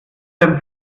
dein